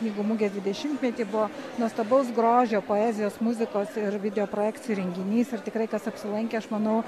knygų mugės dvidešimtmetį buvo nuostabaus grožio poezijos muzikos ir video projekcijų renginys ir tikrai tas apsilankė aš manau